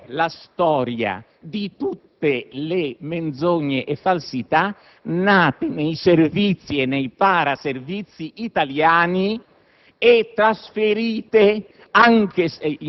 Questo libro narra la storia di tutte le menzogne e falsità nate nei Servizi e nei para-Servizi italiani